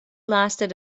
lasted